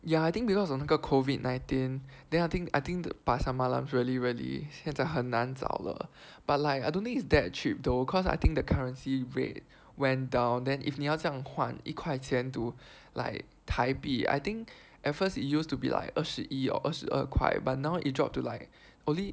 ya I think because 那个 COVID nineteen then I think I think the pasar malams really really 现很难找了 but like I don't think it's that cheap though cause I think the currency rate went down then if 你要这样换一块钱 to like 台币 I think at first it used to be like 二十一 or 二十二块 but now it drop to like only